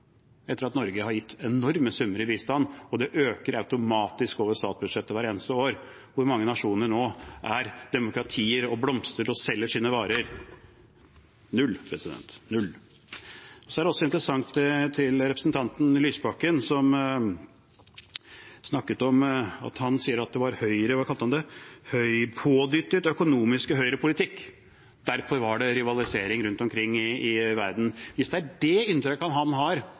etter at Norge har gitt enorme summer i bistand? Og det øker automatisk over statsbudsjettet hvert eneste år. Hvor mange nasjoner er nå demokratier og blomstrer og selger sine varer? Det er null – null. Til representanten Lysbakken, som snakket om at det var «pådytting av økonomisk høyrepolitikk», og at det var derfor det var rivalisering rundt omkring i verden: Hvis det er det inntrykket han har